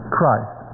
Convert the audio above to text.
Christ